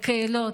לקהילות,